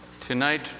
Tonight